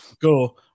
go